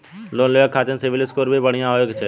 Loan लेवे के खातिन सिविल स्कोर भी बढ़िया होवें के चाही?